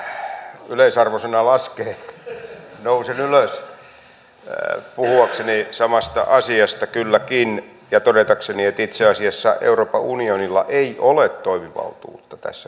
silläkin riskillä että yleisarvosana laskee nousen ylös puhuakseni samasta asiasta kylläkin ja todetakseni että itse asiassa euroopan unionilla ei ole toimivaltuutta tässä kysymyksessä